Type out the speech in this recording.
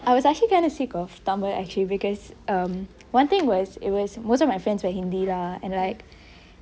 I was actually kind of sick of tamil actually because um one thing was it was most of my friends were hindi lah and like